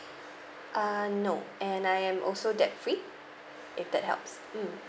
uh no and I am also debt free if that helps mm